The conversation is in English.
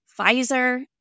Pfizer